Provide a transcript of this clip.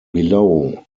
below